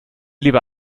lieber